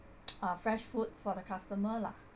uh fresh food for the customer lah